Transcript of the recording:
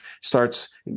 starts